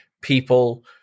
people